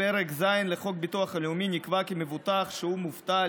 בפרק ז' לחוק הביטוח הלאומי נקבע כי מבוטח שהוא מובטל